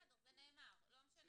זה מאפיה.